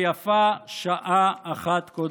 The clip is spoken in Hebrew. ויפה שעה אחת קודם.